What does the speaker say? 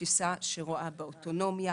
לתפיסה שרואה באוטונומיה